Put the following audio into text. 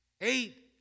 Eight